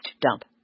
dump